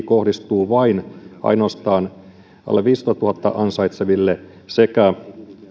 kohdistuu ainoastaan alle viiteentoistatuhanteen ansaitseviin sekä